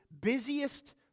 busiest